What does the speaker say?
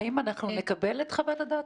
האם אנחנו נקבל את חוות הדעת